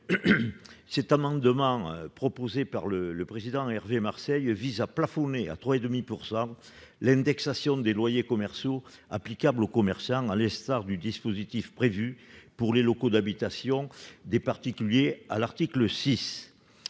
Cet amendement, proposé par M. Marseille, vise à plafonner à 3,5 % l'indexation des loyers commerciaux applicable aux commerçants, à l'instar du dispositif prévu pour les locaux d'habitation des particuliers à l'article 6.